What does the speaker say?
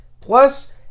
Plus